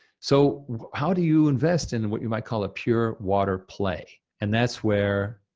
so how do you invest in what you might call a pure water play? and that's where,